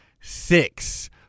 six